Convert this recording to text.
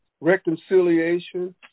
reconciliation